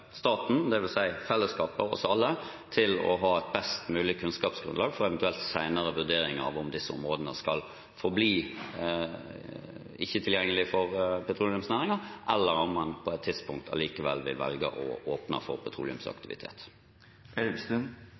staten – dvs. fellesskapet, oss alle – til å ha et best mulig kunnskapsgrunnlag for eventuelle senere vurderinger av om disse områdene skal forbli ikke-tilgjengelig for petroleumsnæringen, eller om man på et tidspunkt likevel vil velge å åpne for